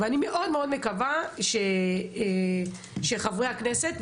ואני מאוד מאוד מקווה שחברי הכנסת,